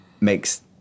Makes